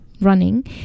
running